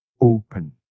open